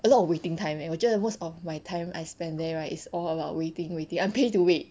a lot of waiting time eh 我觉得 most of my time I spend there right is all about waiting waiting I'm paid to wait